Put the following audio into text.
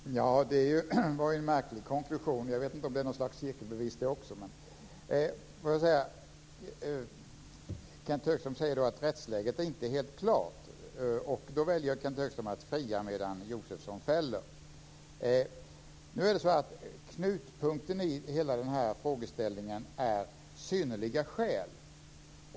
Fru talman! Det var en märklig konklusion. Jag vet inte om det också är något slags jippobevis. Kenth Högström säger att rättsläget inte är helt klart. Då väljer Kent Högström att fria, medan Josefsson fäller. Knutpunkten i hela den här frågeställningen är synnerliga skäl.